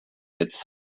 its